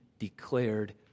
Declared